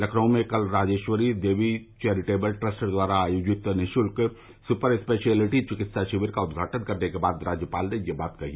लखनऊ में कल Rajeshwari Devi charitable trust द्वारा आयोजित निगुल्क सुपर स्पेशियलिटी विकित्सा शिविर का उद्घाटन करने के बाद राज्यपाल ने यह बात कही